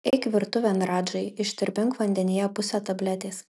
eik virtuvėn radžai ištirpink vandenyje pusę tabletės